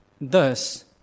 Thus